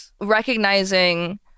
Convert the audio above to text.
recognizing